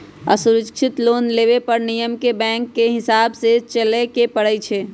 असुरक्षित लोन लेबे पर नियम के बैंकके हिसाबे से चलेए के परइ छै